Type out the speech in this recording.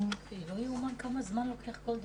לא יאומן כמה זמן לוקח כל דבר.